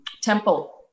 temple